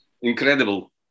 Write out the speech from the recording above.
incredible